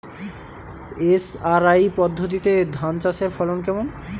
SRI পদ্ধতিতে ধান চাষের ফলন কেমন?